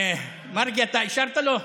מרגי, אתה אישרת לו?